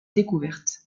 découverte